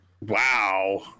Wow